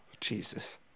Jesus